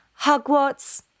hogwarts